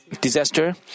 disaster